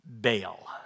bail